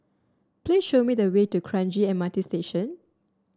please show me the way to Kranji M R T Station